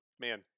Man